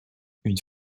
une